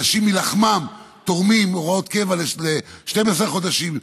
אנשים מלחמם תורמים בהוראות קבע ל-12 חודשים,